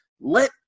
let